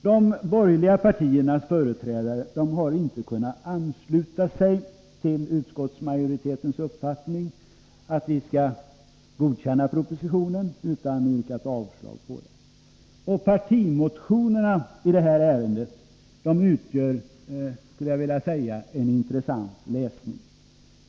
De borgerliga partiernas företrädare har inte kunnat ansluta sig till utskottsmajoritetens uppfattning, att vi skall godkänna propositionen, utan yrkar avslag på den. Partimotionerna i ärendet utgör, skulle jag vilja säga, en intressant läsning.